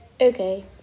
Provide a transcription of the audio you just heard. Okay